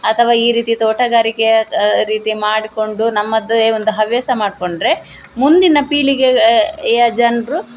ಅಥವಾ ಈ ರೀತಿ ತೋಟಗಾರಿಕೆ ರೀತಿ ಮಾಡಿಕೊಂಡು ನಮ್ಮದೇ ಒಂದು ಹವ್ಯಾಸ ಮಾಡಿಕೊಂಡ್ರೆ ಮುಂದಿನ ಪೀಳಿಗೆ ಯ ಜನರು